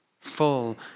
full